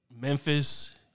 Memphis